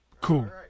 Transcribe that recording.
Cool